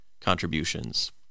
contributions